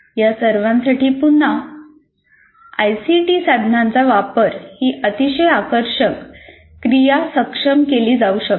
या सर्वांसाठी पुन्हा आयसीटी साधनांचा वापर करून ही अतिशय आकर्षक क्रिया सक्षम केली जाऊ शकते